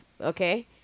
Okay